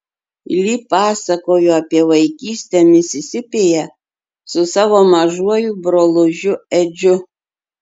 li pasakojo apie vaikystę misisipėje su savo mažuoju brolužiu edžiu